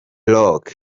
rock